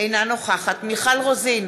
אינה נוכחת מיכל רוזין,